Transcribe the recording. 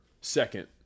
second